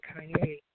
Kanye